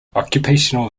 occupational